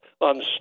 on